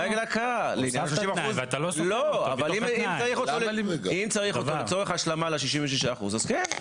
לא, אבל אם צריך אותו לצורך השלמה ל-66%, אז כן.